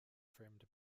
framed